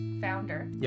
founder